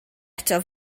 eto